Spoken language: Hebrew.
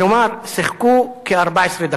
כלומר, שיחקו כ-14 דקות.